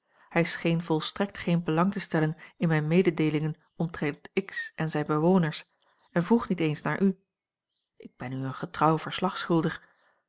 hij scheen volstrekt geen belang te stellen in mijne mededeelingen omtrent x en zijne bewoners vroeg niet eens naar u ik ben u een getrouw verslag schuldig